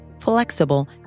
flexible